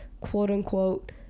quote-unquote